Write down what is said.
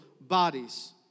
bodies